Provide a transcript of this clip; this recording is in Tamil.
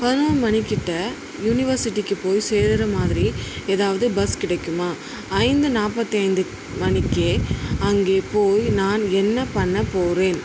பதினொரு மணிகிட்ட யுனிவர்சிட்டிக்கு போய் சேருகிற மாதிரி எதாவது பஸ் கிடைக்குமா ஐந்து நாற்பத்தைந்து மணிக்கே அங்கே போய் நான் என்ன பண்ண போகிறேன்